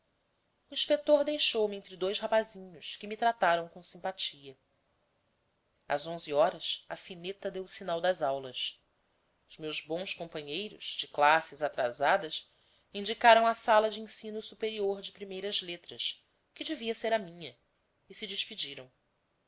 inspetor deixou-me entre dois rapazinhos que me trataram com simpatia às onze horas a sineta deu o sinal das aulas os meus bons companheiros de classes atrasadas indicaram a sala de ensino superior de primeiras letras que devia ser a minha e se despediram